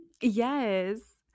Yes